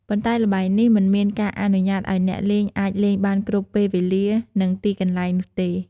ប៉ុន្តែល្បែងនេះមិនមានការអនុញ្ញាតឱ្យអ្នកលេងអាចលេងបានគ្រប់ពេលវេលា និងទីកន្លែងនោះទេ។